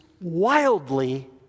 wildly